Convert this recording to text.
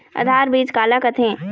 आधार बीज का ला कथें?